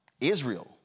Israel